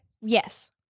Yes